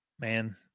man